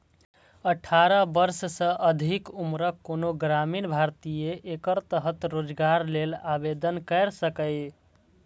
अठारह वर्ष सँ अधिक उम्रक कोनो ग्रामीण भारतीय एकर तहत रोजगार लेल आवेदन कैर सकैए